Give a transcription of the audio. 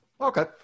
Okay